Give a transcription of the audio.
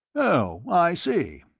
oh, i see.